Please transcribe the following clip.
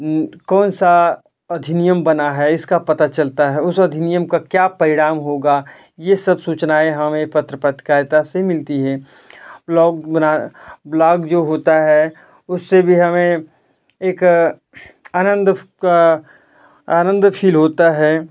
कौन सा अधिनियम बना है इसका पता चलता है उस अधिनियम का क्या परिणाम होगा यह सब सूचनाएँ हमें पत्र पत्रकारिता से मिलती है ब्लॉग बना ब्लॉग जो होता है उससे भी हमें एक आनंद का आनंद फील होता है